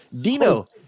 dino